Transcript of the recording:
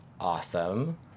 awesome